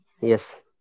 Yes